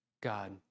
God